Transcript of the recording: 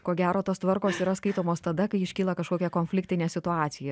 ko gero tos tvarkos yra skaitomos tada kai iškyla kažkokia konfliktinė situacija